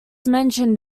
mentioned